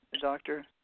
doctor